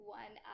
one